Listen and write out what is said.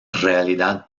realidad